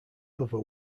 cover